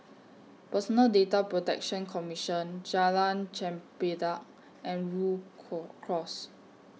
Personal Data Protection Commission Jalan Chempedak and Rhu Cross